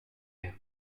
rien